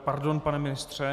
Pardon, pane ministře.